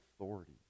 authority